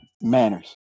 manners